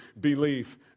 belief